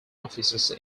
offices